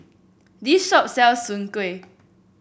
this shop sells Soon Kueh